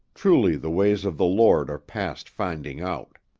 truly the ways of the lord are past finding out.